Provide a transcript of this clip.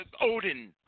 odin